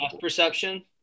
perception